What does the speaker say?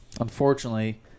unfortunately